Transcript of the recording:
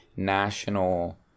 national